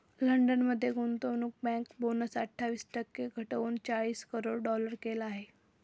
London मध्ये गुंतवणूक bank bonus अठ्ठावीस टक्के घटवून चाळीस करोड डॉलर केला आहे